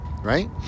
right